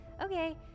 Okay